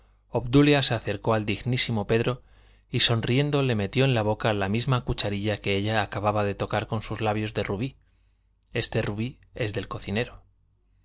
obdulia se acercó al dignísimo pedro y sonriendo le metió en la boca la misma cucharilla que ella acababa de tocar con sus labios de rubí este rubí es del cocinero al personaje del